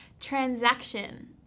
transaction